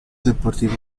deportivo